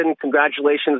congratulations